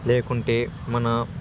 లేకుంటే మన